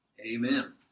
Amen